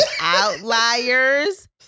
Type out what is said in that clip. Outliers